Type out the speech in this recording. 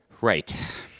Right